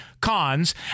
cons